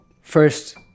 first